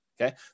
Okay